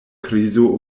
krizo